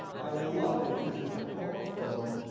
i loved it cause its a homophone,